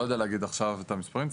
אני לא יודע להגיד עכשיו את המספרים.